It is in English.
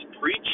preach